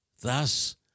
thus